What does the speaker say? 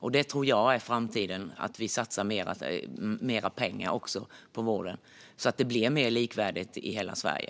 Detta tror jag är framtiden - att vi satsar mer pengar på vården så att det blir mer likvärdigt i hela Sverige.